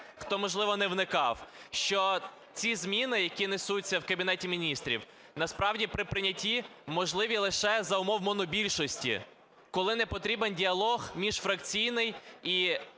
хто, можливо, не вникав. Що ці зміни, які несуться в Кабінеті Міністрів, насправді, при прийнятті можливі лише за умов монобільшості. Коли не потрібен діалог міжфракційний і